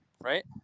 Right